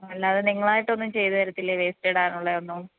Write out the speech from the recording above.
അല്ലാതെ നിങ്ങളായിട്ടൊന്നും ചെയ്ത് തരത്തില്ലേ വേസ്റ്റ് ഇടാനുള്ളതൊന്നും